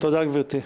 תודה גברתי.